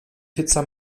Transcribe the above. pizza